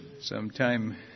Sometime